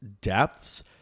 depths